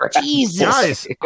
jesus